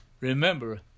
Remember